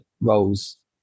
roles